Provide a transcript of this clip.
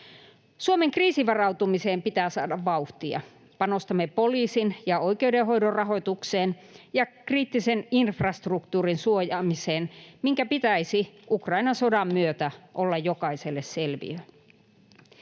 Suomen kriisivarautumiseen pitää saada vauhtia. Panostamme poliisin ja oikeudenhoidon rahoitukseen ja kriittisen infrastruktuurin suojaamisen, minkä pitäisi Ukrainan sodan myötä olla jokaiselle selviö.